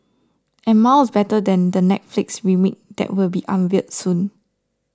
and miles better than the Netflix remake that will be unveiled soon